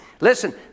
Listen